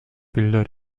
bilder